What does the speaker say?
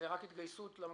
זה רק התגייסות למנגנונים.